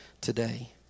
today